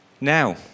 Now